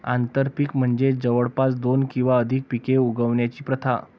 आंतरपीक म्हणजे जवळपास दोन किंवा अधिक पिके उगवण्याची प्रथा